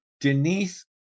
Denise